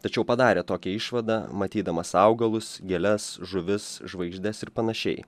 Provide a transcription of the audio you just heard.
tačiau padarė tokią išvadą matydamas augalus gėles žuvis žvaigždes ir panašiai